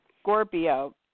Scorpio